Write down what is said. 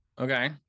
okay